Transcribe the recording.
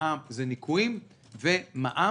זה ניכויים ומע"מ.